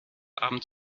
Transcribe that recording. abend